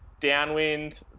Downwind